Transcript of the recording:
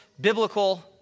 biblical